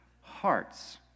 hearts